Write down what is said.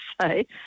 say